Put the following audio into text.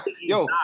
Yo